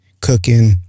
Cooking